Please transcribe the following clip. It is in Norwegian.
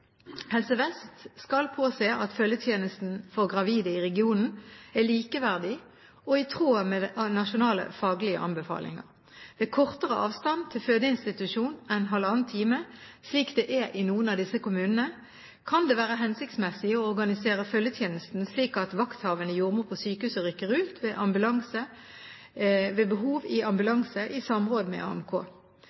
Helse Vest skal påse at følgetjenesten for gravide i regionen er likeverdig og i tråd med nasjonale faglige anbefalinger. Ved kortere avstand til fødeinstitusjon enn halvannen time, slik det er i noen av disse kommunene, kan det være hensiktsmessig å organisere følgetjenesten slik at vakthavende jordmor på sykehuset rykker ut i ambulanse ved behov i samråd med AMK.